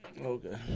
Okay